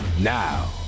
now